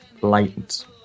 light